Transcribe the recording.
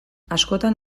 askotan